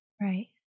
Right